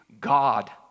God